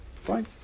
Fine